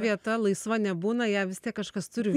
vieta laisva nebūna ją vis tiek kažkas turi